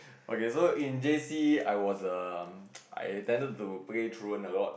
okay so in J_C I was um I attended to play truant a lot